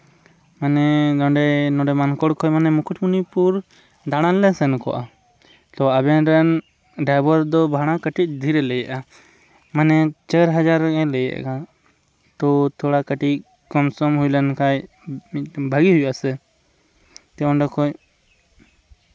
ᱢᱟᱱᱮ ᱱᱚᱸᱰᱮ ᱱᱚᱸᱰᱮ ᱢᱟᱱᱠᱚᱲ ᱠᱷᱚᱱ ᱢᱟᱱᱮ ᱢᱩᱠᱩᱴᱢᱚᱱᱤᱯᱩᱨ ᱫᱟᱬᱟᱱ ᱞᱮ ᱥᱮᱱ ᱠᱚᱜᱼᱟ ᱛᱚ ᱟᱵᱮᱱ ᱨᱮᱱ ᱰᱨᱟᱭᱵᱷᱟᱨ ᱫᱚ ᱵᱷᱟᱲᱟ ᱠᱟᱹᱴᱤᱡ ᱰᱷᱮᱨᱮ ᱞᱟᱹᱭᱮᱫᱟ ᱢᱟᱱᱮ ᱪᱟᱹᱨ ᱦᱟᱡᱟᱨ ᱜᱟᱱᱮ ᱞᱟᱹᱭᱮᱫᱟ ᱛᱚ ᱛᱷᱚᱲᱟ ᱠᱟᱹᱴᱤᱡ ᱠᱚᱢᱥᱚᱢ ᱦᱩᱭ ᱞᱮᱱᱠᱷᱟᱱ ᱵᱷᱟᱹᱜᱤ ᱦᱩᱭᱩᱜᱼᱟᱥᱮ ᱫᱤᱭᱮ ᱚᱸᱰᱮ ᱠᱷᱚᱱ